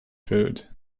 food